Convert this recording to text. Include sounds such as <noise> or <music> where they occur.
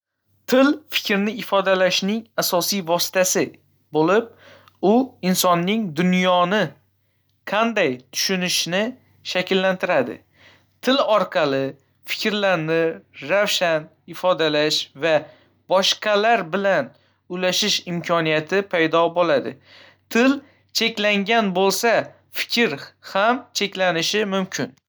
Til fikrni ifodalashning asosiy vositasi bo'lib, u insonning dunyoni qanday tushunishini shakllantiradi. Til orqali fikrlarni ravshan ifodalash va boshqalar bilan ulashish imkoniyati paydo bo'ladi. Til cheklangan bo'lsa, fikr ham cheklanishi. <unintelligible>